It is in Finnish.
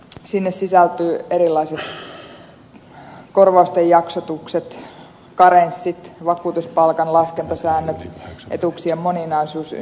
sinne sisältyvät erilaiset korvausten jaksotukset karenssit vakuutuspalkanlaskentasäännöt etuuksien moninaisuus ynnä muuta